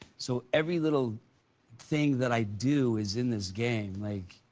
so every little thing that i do is in this game, like